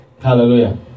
hallelujah